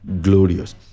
glorious